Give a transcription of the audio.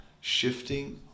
shifting